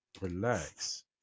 relax